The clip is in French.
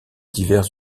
divers